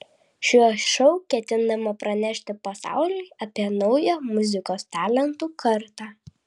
šiuo šou ketinama pranešti pasauliui apie naują muzikos talentų kartą